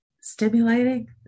stimulating